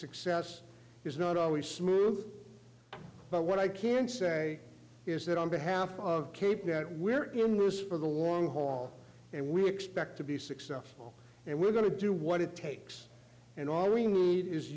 success is not always smooth but what i can say is that on behalf of keep net we're in loose for the long haul and we expect to be successful and we're going to do what it takes and all we need is